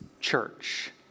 church